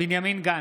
בנימין גנץ,